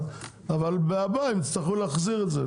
אבל בתקציב הבא הם יצטרכו להחזיר את זה.